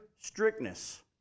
strictness